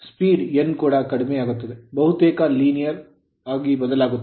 ಬಹುತೇಕ linear ರೇಖೀಯವಾಗಿ ಅದು ಬದಲಾಗುತ್ತದೆ